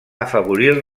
afavorir